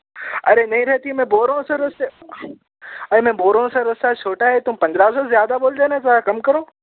ارے نہیں رہتی میں بول رہا ہوں اس رستے ارے میں بول رہا ہوں سا راستہ چھوٹا ہے تم پندرہ سو زیادہ بول رہے ہو نا تھوڑا کم کرو